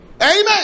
Amen